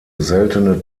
seltene